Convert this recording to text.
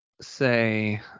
say